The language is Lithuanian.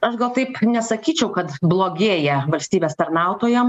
aš gal taip nesakyčiau kad blogėja valstybės tarnautojam